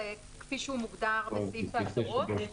כפי שהוא מוגדר בסעיף ההגדרות,